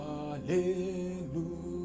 Hallelujah